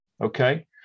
Okay